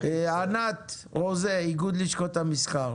ענת רוזן, מאיגוד לשכות המסחר